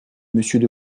monsieur